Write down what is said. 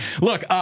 look